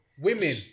Women